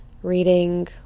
reading